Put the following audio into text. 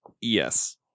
Yes